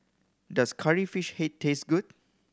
does Curry Fish Head taste good